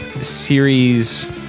series